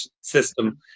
system